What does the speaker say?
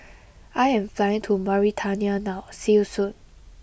I am flying to Mauritania now see you soon